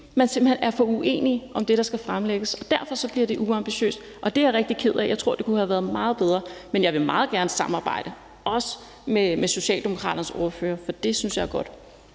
man simpelt hen er for uenige om det, der skal fremlægges. Derfor bliver det uambitiøst, og det er jeg rigtig ked af. Jeg tror, det kunne have været meget bedre. Men jeg vil meget gerne samarbejde, også med Socialdemokraternes ordfører, for det synes jeg er godt.